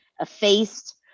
effaced